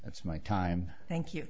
that's my time thank you